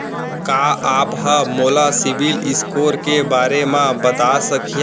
का आप हा मोला सिविल स्कोर के बारे मा बता सकिहा?